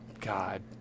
god